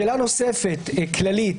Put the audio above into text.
שאלה נוספת כללית,